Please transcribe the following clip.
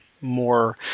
more